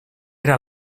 era